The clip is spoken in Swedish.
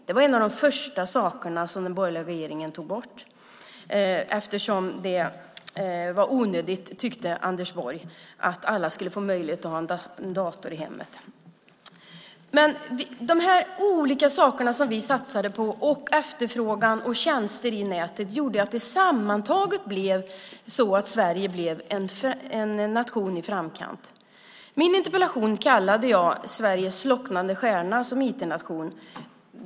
Det var en av de första sakerna som den borgerliga regeringen tog bort eftersom Anders Borg tyckte att det var onödigt att alla skulle få möjlighet att ha en dator i hemmet. De här olika sakerna som vi satsade på och efterfrågan och tjänster i nätet gjorde att Sverige sammantaget blev en nation i framkant. Min interpellation kallade jag Sverige slocknande stjärna som IT-nation .